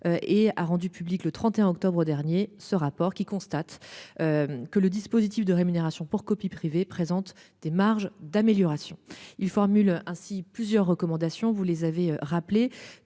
Et a rendu public le 31 octobre dernier, ce rapport qui constate. Que le dispositif de rémunération pour copie privée présentent des marges d'amélioration. Il formule ainsi plusieurs recommandations, vous les avez rappelées,